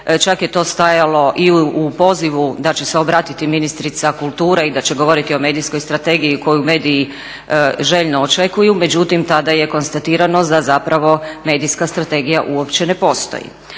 čak je to stajalo i u pozivu da će se obratiti ministrica kulture i da će govoriti o Medijskoj strategiji koju mediji željno očekuju, međutim tada je konstatirano da zapravo Medijska strategija uopće ne postoji.